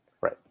Right